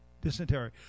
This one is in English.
dysentery